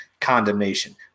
condemnation